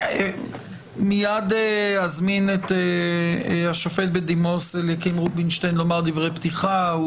מיד אזמין את השופט בדימוס אליקים רובינשטיין לומר דברי פתיחה.